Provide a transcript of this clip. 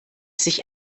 sich